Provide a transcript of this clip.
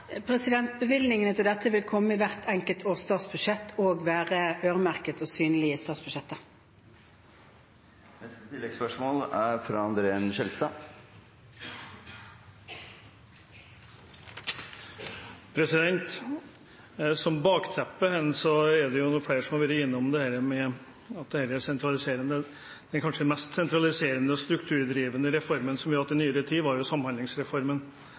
Bevilgningene til dette vil komme i hvert enkelt års statsbudsjett og være øremerket og synlige i statsbudsjettet. André N. Skjelstad – til oppfølgingsspørsmål. Som bakteppe er det flere som har vært innom at den kanskje mest sentraliserende og strukturdrivende reformen som vi har hatt i nyere tid, er Samhandlingsreformen